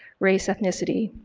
race, ethnicity,